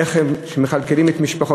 איך הם מכלכלים את משפחותיהם.